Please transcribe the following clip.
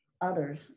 others